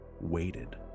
waited